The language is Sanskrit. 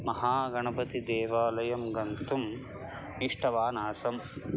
महागणपतिदेवालयं गन्तुम् इष्टवान् आसम्